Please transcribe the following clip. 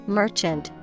merchant